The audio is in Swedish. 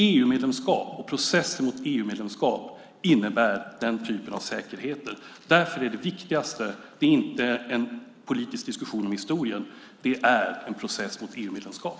EU-medlemskap och processen mot EU-medlemskap innebär den typen av säkerhet. Därför är det viktigaste inte en politisk diskussion om historien, det är en process mot EU-medlemskap.